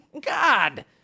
God